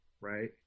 right